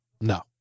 No